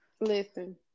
Listen